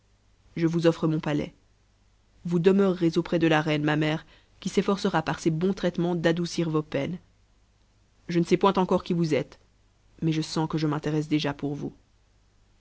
je vous offre mon patais vous demeurerez auprès de la reine ma mère qui s'efforcera par ses bons traitements d'adoucir vos peines je ne sais point encore qui vous êtes mais je sens que je m'intéresse déjà pour vous